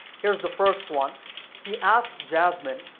here's the first one he asked jazmyn,